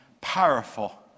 powerful